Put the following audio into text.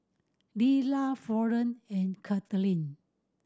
Lelah Florene and Cathleen